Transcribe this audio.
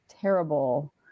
terrible